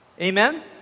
Amen